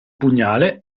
pugnale